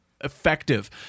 effective